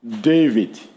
David